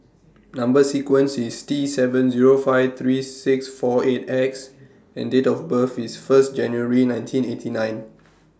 Number sequence IS T seven Zero five three six four eight X and Date of birth IS First January nineteen eighty nine